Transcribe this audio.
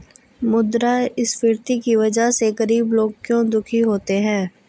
मुद्रास्फीति की वजह से गरीब लोग क्यों दुखी होते हैं?